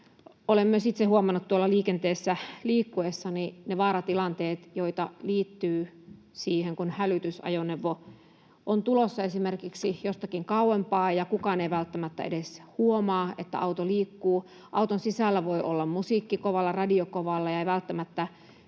Olen myös itse huomannut tuolla liikenteessä liikkuessani ne vaaratilanteet, joita liittyy siihen, kun hälytysajoneuvo on tulossa esimerkiksi jostakin kauempaa ja kukaan ei välttämättä edes huomaa, että auto liikkuu. Auton sisällä voi olla musiikki kovalla, radio kovalla ja ei välttämättä